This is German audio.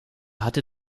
hatte